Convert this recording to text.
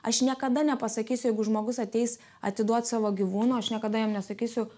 aš niekada nepasakysiu jeigu žmogus ateis atiduot savo gyvūną aš niekada jam nesakysiu